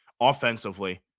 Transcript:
offensively